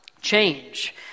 change